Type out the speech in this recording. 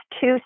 two